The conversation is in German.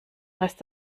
rest